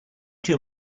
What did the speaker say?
too